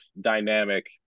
dynamic